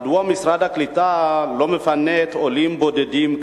מדוע משרד הקליטה לא מפנה את העולים הבודדים,